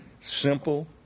simple